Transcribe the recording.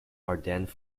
ardennes